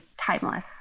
timeless